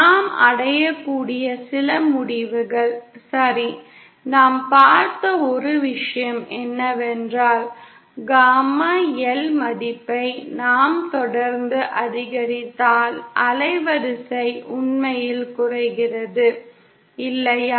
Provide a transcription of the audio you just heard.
நாம் அடையக்கூடிய சில முடிவுகள் சரி நாம் பார்த்த ஒரு விஷயம் என்னவென்றால் காமா L மதிப்பை நாம் தொடர்ந்து அதிகரித்தால் அலைவரிசை உண்மையில் குறைகிறது இல்லையா